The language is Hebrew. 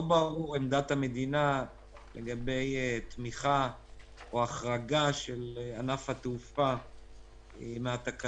לא ברורה עמדת המדינה לגבי תמיכה או החרגה של ענף התעופה מהתקנות